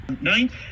Ninth